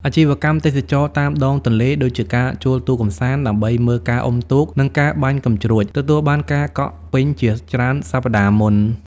អាជីវកម្មទេសចរណ៍តាមដងទន្លេ ដូចជាការជួលទូកកម្សាន្តដើម្បីមើលការអុំទូក និងការបាញ់កាំជ្រួច ទទួលបានការកក់ពេញជាច្រើនសប្តាហ៍មុន។